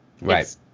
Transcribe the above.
Right